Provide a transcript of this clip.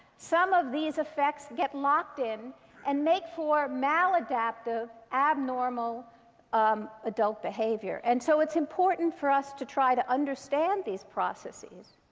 some of these effects get locked in and make for maladaptive abnormal um adult behavior. and so it's important for us to try to understand these processes,